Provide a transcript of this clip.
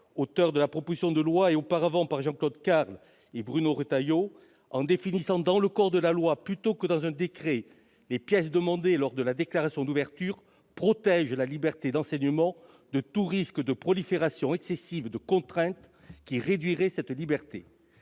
auteur de la proposition de loi, et, auparavant, par Jean-Claude Carle et Bruno Retailleau, tendant à présenter dans le corps de la loi plutôt que dans un décret la liste des pièces demandées lors de la déclaration d'ouverture protège la liberté d'enseignement de tout risque de prolifération excessive de contraintes qui réduiraient cette liberté.